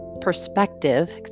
perspective